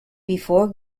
before